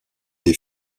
des